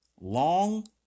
Long